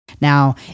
Now